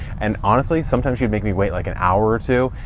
and honestly, sometimes she'd make me wait like an hour or two,